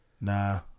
Nah